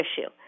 issue